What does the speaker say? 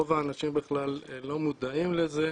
כשרוב האנשים בכלל לא מודעים לזה,